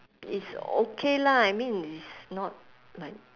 it's okay lah I mean it's not like